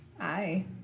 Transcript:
Aye